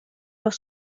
los